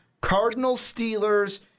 Cardinals-Steelers